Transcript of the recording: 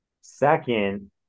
second